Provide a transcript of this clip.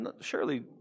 surely